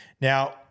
Now